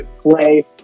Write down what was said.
play